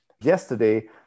Yesterday